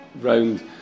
round